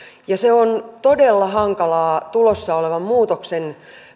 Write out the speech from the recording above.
se on todella hankalaa tulossa olevan muutoksen